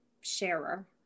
sharer